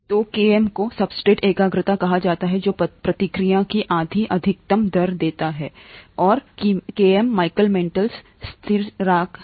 तो किमी को सब्सट्रेट एकाग्रता कहा जाता है जो प्रतिक्रिया की आधी अधिकतम दर देता है दायां और किमी माइकलिस मेंटन स्थिरांक है